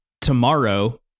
tomorrow